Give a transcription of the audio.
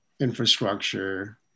infrastructure